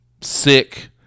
sick